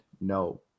No